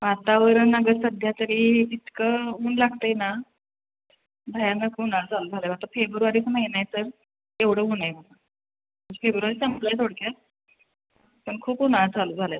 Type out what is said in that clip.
वातावरण अगं सध्यातरी इतकं ऊन लागतं आहे ना भयानक उन्हाळा चालू झाला आहे आता फेब्रुवारीच महिना आहे तर एवढं ऊन आहे फेब्रुवारी संपला आहे थोडक्यात पण खूप उन्हाळा चालू झाला आहे